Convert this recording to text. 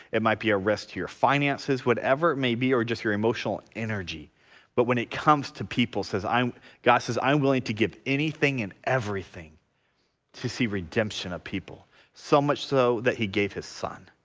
it might be a risk your finances whatever it may be or just your emotional energy but when it comes to people says i'm god says i'm willing to give anything and everything to see redemption of people so much so that he gave his son.